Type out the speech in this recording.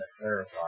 clarify